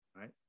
right